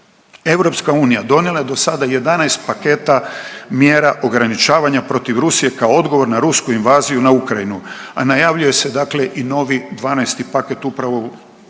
naglasila. EU donijela je dosada 11 paketa mjera ograničavanja protiv Rusije kao odgovor na rusku invaziju na Ukrajinu, a najavljuje se dakle i novi 12. paket upravo u ovom